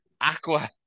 Aqua